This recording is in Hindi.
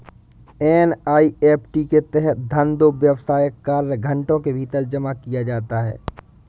एन.ई.एफ.टी के तहत धन दो व्यावसायिक कार्य घंटों के भीतर जमा किया जाता है